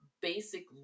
basic